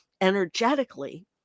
energetically